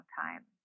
time